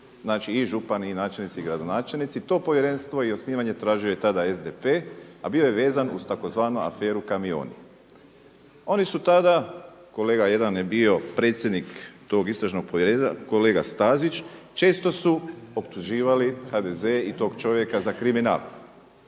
i župani i načelnici i gradonačelnici, to povjerenstvo i osnivanje tražio je tada SDP, a bio je vezan uz tzv. aferu Kamion. Oni su tada, kolega jedan je bio predsjednik tog istražnog povjerenstva kolega Stazić često su optuživali HDZ i tog čovjeka za kriminal